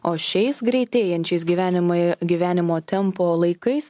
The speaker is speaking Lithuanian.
o šiais greitėjančiais gyvenimai gyvenimo tempo laikais